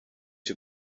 you